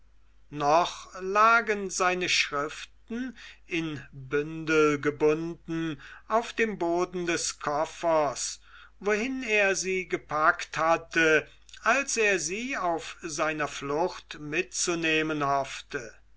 noch lagen seine schriften in bündel gebunden auf dem boden des koffers wohin er sie gepackt hatte als er sie auf seiner flucht mitzunehmen hoffte